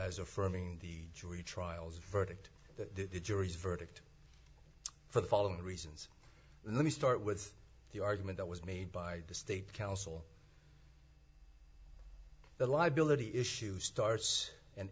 as affirming the jury trials verdict the jury's verdict for the following reasons let me start with the argument that was made by the state counsel the liability issue starts and